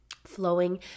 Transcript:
Flowing